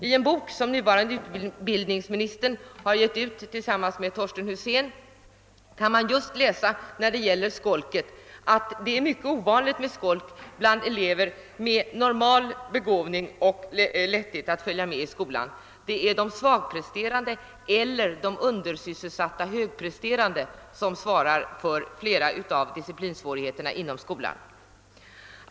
I en bok som den nuvarande utbildningsministern har givit ut tillsammans med Torsten Husén kan man läsa att det är mycket ovanligt med skolk bland elever med normal begåvning och lätthet att följa med i skolan. Det är de Svagpresterande och de undersysselsatta högpresterande som svarar för flera av disciplinsvårigheterna inom =<:skolan.